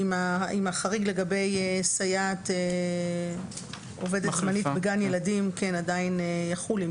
עם החריג לגבי סייעת עובדת זמנית בגן ילדים שעדיין יחול.